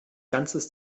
ganzes